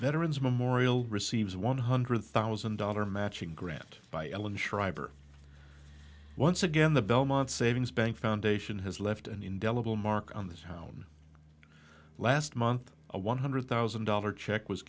veterans memorial receives one hundred thousand dollar matching grant by ellen shriver once again the belmont savings bank foundation has left an indelible mark on this house last month a one hundred thousand dollars check was